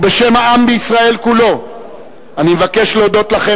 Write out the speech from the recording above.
ובשם העם בישראל כולו אני מבקש להודות לכם